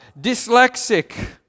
dyslexic